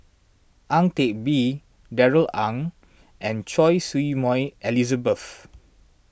Ang Teck Bee Darrell Ang and Choy Su Moi Elizabeth